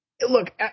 look